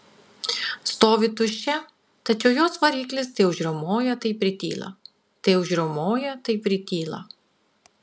stovi tuščia tačiau jos variklis tai užriaumoja tai prityla tai užriaumoja tai prityla